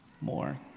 more